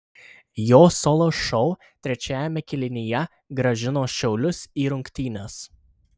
jo solo šou trečiajame kėlinyje grąžino šiaulius į rungtynes